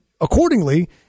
Accordingly